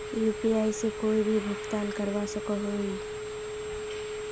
UPI से कोई भी भुगतान करवा सकोहो ही?